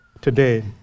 today